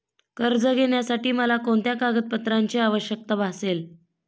कर्ज घेण्यासाठी मला कोणत्या कागदपत्रांची आवश्यकता भासेल?